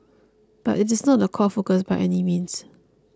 but it is not the core focus by any means